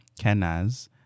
Kenaz